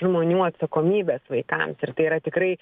žmonių atsakomybės vaikams ir tai yra tikrai